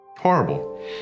Horrible